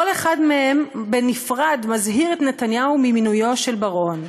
כל אחד מהם בנפרד מזהיר את נתניהו ממינויו של בר-און.